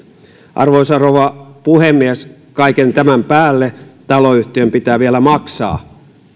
arvoisa rouva puhemies kaiken tämän päälle taloyhtiön pitää vielä maksaa